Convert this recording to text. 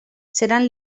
seran